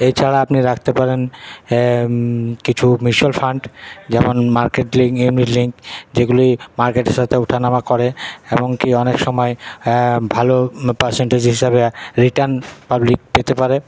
এছাড়া আপনি রাখতে পারেন কিছু মিউচাল ফান্ড যেমন মার্কেট যেগুলি মার্কেটের সাথে ওঠা নামা করে এমনকি অনেক সময় ভালো পারসেন্টেজ হিসাবে রিটার্ন পাবলিক পেতে পারে